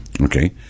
okay